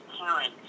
parents